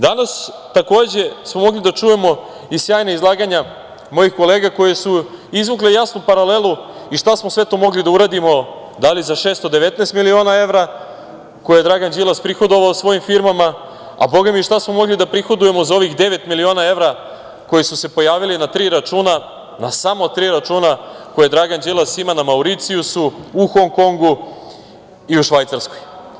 Danas smo takođe mogli da čujemo i sjajna izlaganja mojih kolega koji su izvukli jasnu paralelu i šta smo sve to mogli da uradimo, da li za 619 miliona evra koje je Dragan Đilas prihodovao svojim firmama, a bogami i šta smo mogli da prihodujemo za ovih devet miliona evra koji su se pojavili na tri računa, na samo tri računa koje Dragan Đilas ima na Mauricijusu, u Hong Kongu i u Švajcarskoj.